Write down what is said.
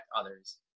others